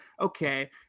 Okay